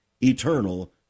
eternal